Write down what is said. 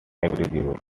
agreeable